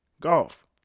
Golf